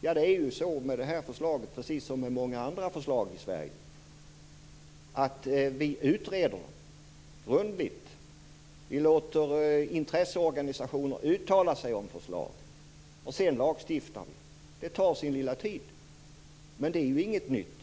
Det är ju så med det här förslaget, som med många andra förslag i Sverige, att vi utreder dem grundligt. Vi låter intresseorganisationer uttala sig om förslagen, och sedan lagstiftar vi. Det tar sin lilla tid, men det är ju ingenting nytt.